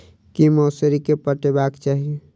की मौसरी केँ पटेबाक चाहि?